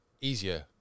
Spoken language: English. easier